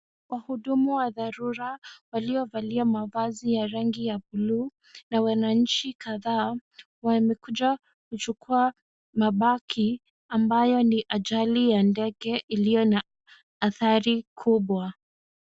Wahudumu wa dharura waliovalia mavazi ya rangi ya blue na wananchi kadhaa wamekuja kuchukua mabaki ambayo ni ajali ya ndege iliyo na adhari kubwa.